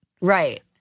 right